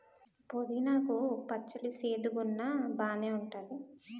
పుదీనా కు పచ్చడి సేదుగున్నా బాగేఉంటాది